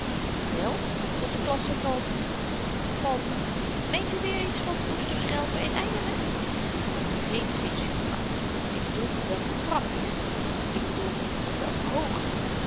wel tot de klasse van van meent u weer iets van oesterschelpen en eieren geenszins juffrouw ik bedoel op welken trap hy staat ik bedoel op welke hoogte